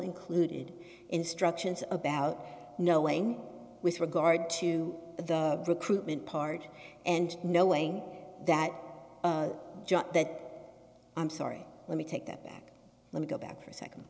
included instructions about knowing with regard to the recruitment part and knowing that just that i'm sorry let me take that back let me go back for a